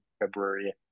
February